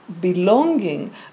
belonging